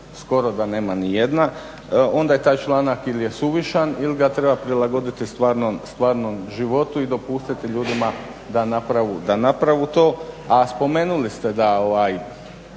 skoro da nema nijedna, onda je taj članak ili suvišan ili ga treba prilagoditi stvarnom životu i dopustiti ljudima da napravu to. A spomenuli ste naravno